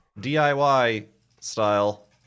DIY-style